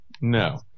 No